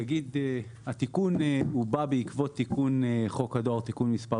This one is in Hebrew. התיקון בא בעקבות תיקון חוק הדואר (תיקון מס'